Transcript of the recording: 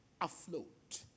afloat